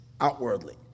outwardly